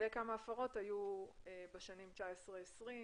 וכמה הפרות היו בשנים 2019-2020?